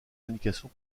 indication